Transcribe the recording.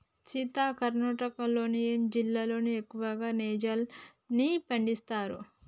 సీత కర్ణాటకలో ఏ జిల్లాలో ఎక్కువగా నైజర్ ని పండిస్తారు